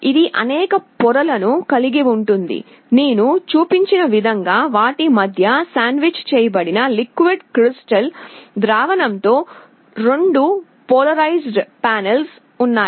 ఇది అనేక పొరలను కలిగి ఉంటుంది నేను చూపించిన విధంగా వాటి మధ్య సాండ్విచ్ చేయబడిన లిక్విడ్ క్రిస్టల్ ద్రావణంతో 2 పోలరైజ్డ్ ప్యానెల్లు ఉన్నాయి